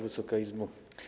Wysoka Izbo!